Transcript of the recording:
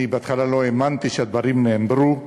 אני בהתחלה לא האמנתי שהדברים נאמרו.